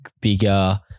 bigger